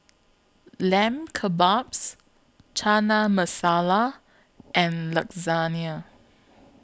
Lamb Kebabs Chana Masala and Lasagne